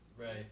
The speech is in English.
Right